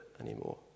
anymore